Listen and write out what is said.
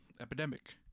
epidemic